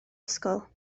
ysgol